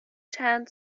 چند